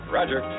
Roger